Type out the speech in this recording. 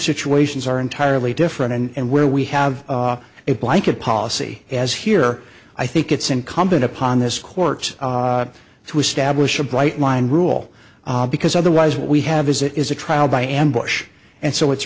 situations are entirely different and where we have a blanket policy as here i think it's incumbent upon this court to establish a bright line rule because otherwise what we have is it is a trial by ambush and so it's